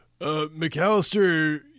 McAllister